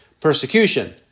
Persecution